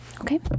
Okay